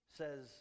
says